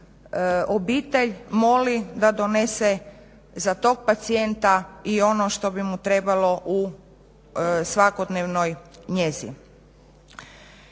obitelj moli da donese za tog pacijenta i ono što bi mu trebalo u svakodnevnoj njezi.